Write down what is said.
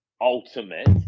ultimate